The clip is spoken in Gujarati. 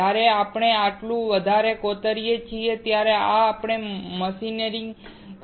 જ્યારે આપણે આટલું વધારે કોતરીએ છીએ ત્યારે આપણે મશીનિંગ કરીએ છીએ